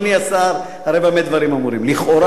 לכאורה, הנושא הזה של האבטלה נמצא